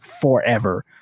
forever